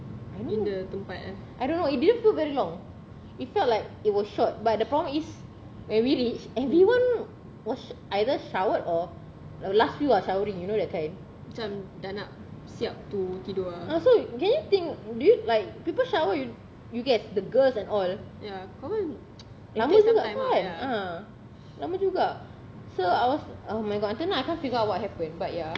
I don't know I don't know it didn't feel very long it felt like it was short but the problem is when we reach everyone was either showered or the last few are showering you know that kan so you can you think do you like people shower you you get the girls and all lama juga lah kan ha lama juga so I was oh my god until now I can't figure out what happened but ya